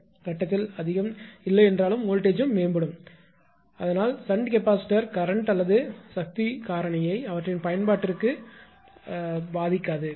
எனவே இந்த கட்டத்தில் அதிகம் இல்லை என்றாலும் வோல்ட்டேஜும் மேம்படும் அதனால் எனவே ஷன்ட் கெபாசிட்டார் கரண்ட் அல்லது சக்தி காரணியைபவர் ஃபாக்டர் அவற்றின் பயன்பாட்டிற்கு பாதிக்காது